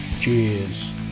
cheers